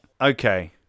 Okay